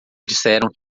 disseram